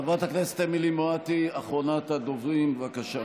חברת הכנסת אמילי מואטי, אחרונת הדוברים, בבקשה.